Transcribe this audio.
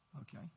Okay